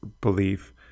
belief